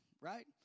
right